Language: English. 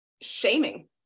shaming